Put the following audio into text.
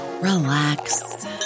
relax